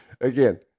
Again